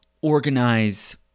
organize